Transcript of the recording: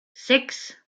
sechs